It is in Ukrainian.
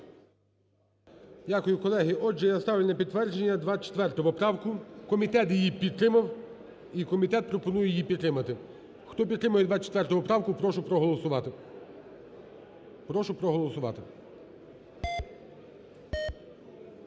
Дякую, колеги. Отже, я ставлю на підтвердження 24 поправку. Комітет її підтримав, і комітет пропонує її підтримати. Хто підтримує 24 поправку, прошу проголосувати. Прошу проголосувати.